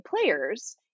players